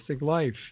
life